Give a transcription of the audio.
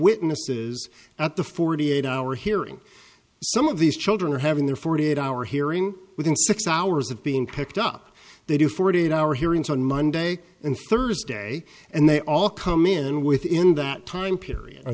witnesses at the forty eight hour hearing some of these children are having their forty eight hour hearing within six hours of being picked up they do forty eight hour hearings on monday and thursday and they all come in within that time period